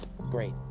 Great